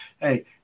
hey